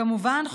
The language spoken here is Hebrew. כמובן,